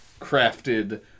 crafted